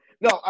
No